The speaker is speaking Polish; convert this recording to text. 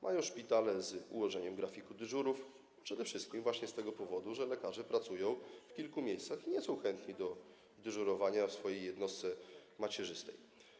Mają problem z ułożeniem grafiku dyżurów przede wszystkim właśnie z tego powodu, że lekarze pracują w kilku miejscach i nie są chętni do dyżurowania w swojej jednostce macierzystej.